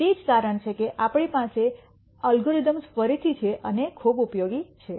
અને તે જ કારણ છે કે આપણી પાસે આઅલ્ગોરિધમ્સ ફરીથી છે અને ખૂબ ઉપયોગી છે